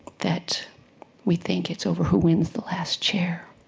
that we think it's over who wins the last chair,